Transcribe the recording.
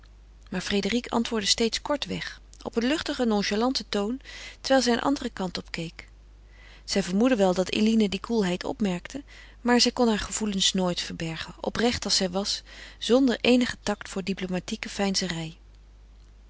maar frédérique antwoordde steeds kortweg op een luchtigen nonchalanten toon terwijl zij een anderen kant opkeek zij vermoedde wel dat eline die koelheid opmerkte maar zij kon haar gevoelens nooit verbergen oprecht als zij was zonder eenigen tact voor diplomatieke veinzerij